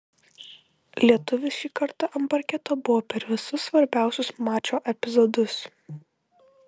lietuvis šį kartą ant parketo buvo per visus svarbiausius mačo epizodus